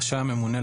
רשאי הממונה,